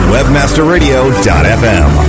WebmasterRadio.fm